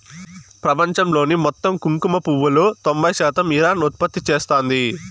ప్రపంచంలోని మొత్తం కుంకుమ పువ్వులో తొంబై శాతం ఇరాన్ ఉత్పత్తి చేస్తాంది